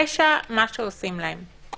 פשע מה שעושים להם.